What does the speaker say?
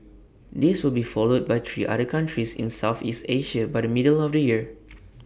this will be followed by three other countries in Southeast Asia by the middle of the year